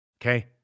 Okay